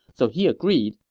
so he agreed,